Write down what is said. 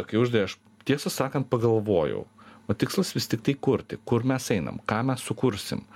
kai uždavė aš tiesą sakant pagalvojau o tikslas vis tiktai kurti kur mes einam ką mes sukursim